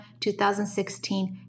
2016